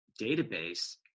database